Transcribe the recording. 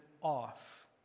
off